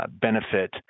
benefit